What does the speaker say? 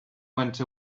went